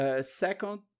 Second